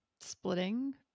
Splitting